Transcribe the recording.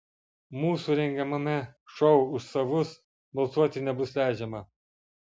mūsų rengiamame šou už savus balsuoti nebus leidžiama